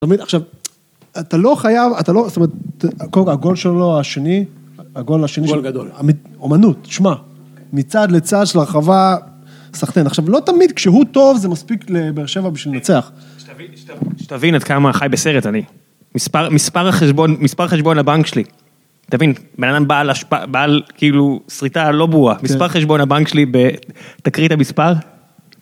זאת אומרת, עכשיו, אתה לא חייב, אתה לא, זאת אומרת, הגול שלו, השני, הגול השני שלו. גול גדול. אמנות, שמע, מצד לצד של הרחבה סחטין. עכשיו, לא תמיד כשהוא טוב זה מספיק לבאר שבע בשביל לנצח. שתבין, שתבין, שתבין עד כמה חי בסרט אני. מספר, מספר החשבון, מספר החשבון הבנק שלי. תבין, בן אדם בעל השפעה, בעל, כאילו, שריטה לא ברורה. מספר החשבון הבנק שלי, תקריא את המספר